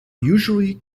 usually